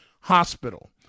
Hospital